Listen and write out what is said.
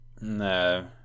no